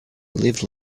live